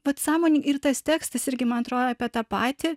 vat sąmonėj ir tas tekstas irgi man atrodo apie tą patį